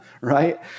right